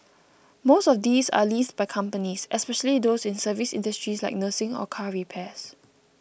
most of these are leased by companies especially those in service industries like nursing or car repairs